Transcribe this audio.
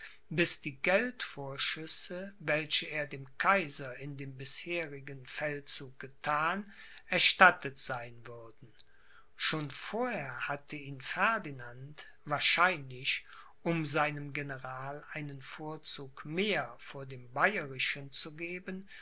bis die geldvorschüsse welche er dem kaiser in dem bisherigen feldzug gethan erstattet sein würden schon vorher hatte ihn ferdinand wahrscheinlich um seinem general einen vorzug mehr vor dem bayerischen zu geben